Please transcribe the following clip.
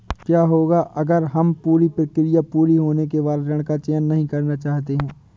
क्या होगा अगर हम पूरी प्रक्रिया पूरी होने के बाद ऋण का चयन नहीं करना चाहते हैं?